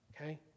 Okay